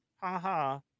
Ha-ha